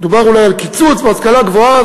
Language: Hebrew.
דובר אולי על קיצוץ בהשכלה הגבוהה.